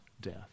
death